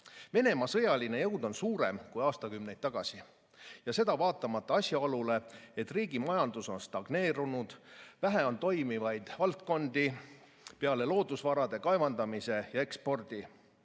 Venemaa sõjaline jõud on suurem kui aastakümneid tagasi. Seda vaatamata asjaolule, et riigi majandus on stagneerunud, vähe on toimivaid valdkondi peale loodusvarade kaevandamise ja ekspordi,